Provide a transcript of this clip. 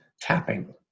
tapping